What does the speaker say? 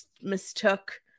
mistook